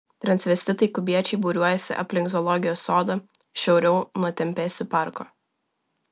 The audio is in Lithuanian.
transvestitai kubiečiai būriuojasi aplink zoologijos sodą šiauriau nuo tempėsi parko